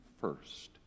first